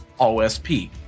OSP